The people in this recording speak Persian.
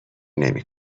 نمی